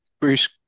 Bruce